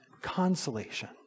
consolation